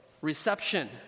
Reception